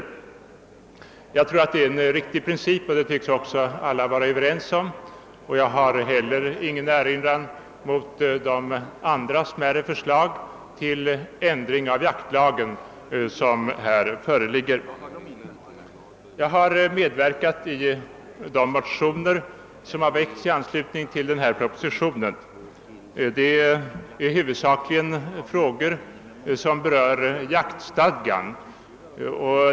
Detta är, tycker jag, en riktig princip, och det synes också alla vara överens om. Jag har heller ingen erinran att göra mot de andra, smärre förslag till ändring av jaktlagen som föreligger. Jag har medverkat till de motioner som väckts med anledning av propositionen. Motionerna gäller huvudsakligen frågor som berör jakistadgan.